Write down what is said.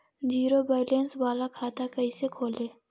Zero balance बाला खाता कैसे खोले?